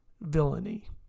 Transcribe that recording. villainy